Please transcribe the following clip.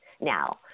now